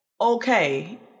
okay